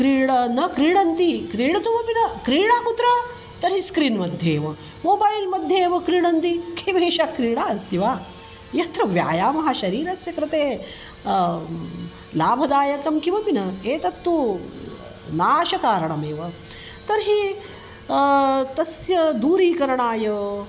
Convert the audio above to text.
क्रीडा न क्रीडन्ति क्रीडतुमपि न क्रीडा कुत्र तर्हि स्क्रीन् मध्ये एव मोबैल् मध्ये एव क्रीडन्ति किमेषा क्रीडा अस्ति वा यत्र व्यायामः शरीरस्य कृते लाभदायकः किमपि न एतत्तु नाशकारणमेव तर्हि तस्य दूरीकरणाय